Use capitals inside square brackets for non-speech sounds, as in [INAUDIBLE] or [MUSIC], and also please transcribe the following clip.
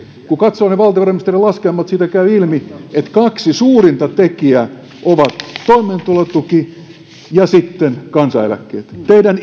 kun katsoo ne valtiovarainministeriön laskelmat niistä käy ilmi että kaksi suurinta tekijää ovat toimeentulotuki ja kansaneläkkeet teidän [UNINTELLIGIBLE]